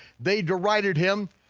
they derided him,